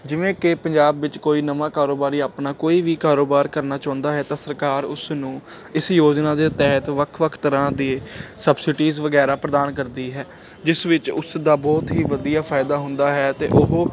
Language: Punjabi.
ਜਿਵੇਂ ਕਿ ਪੰਜਾਬ ਵਿੱਚ ਕੋਈ ਨਵਾਂ ਕਾਰੋਬਾਰੀ ਆਪਣਾ ਕੋਈ ਵੀ ਕਾਰੋਬਾਰ ਕਰਨਾ ਚਾਹੁੰਦਾ ਹੈ ਤਾਂ ਸਰਕਾਰ ਉਸ ਨੂੰ ਇਸ ਯੋਜਨਾ ਦੇ ਤਹਿਤ ਵੱਖ ਵੱਖ ਤਰ੍ਹਾਂ ਦੇ ਸਬਸੀਡੀਸ ਵਗੈਰਾ ਪ੍ਰਦਾਨ ਕਰਦੀ ਹੈ ਜਿਸ ਵਿੱਚ ਬਹੁਤ ਹੀ ਵਧੀਆ ਫਾਇਦਾ ਹੁੰਦਾ ਹੈ ਅਤੇ ਉਹ